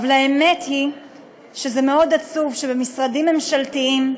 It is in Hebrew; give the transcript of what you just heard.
אבל האמת שזה מאוד עצוב שבמשרדים ממשלתיים,